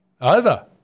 Over